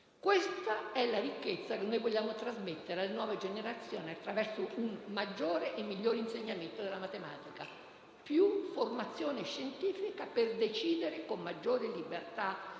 Questa è la ricchezza che noi vogliamo trasmettere alle nuove generazioni attraverso un maggiore e migliore insegnamento della matematica; più formazione scientifica per decidere con maggiore libertà,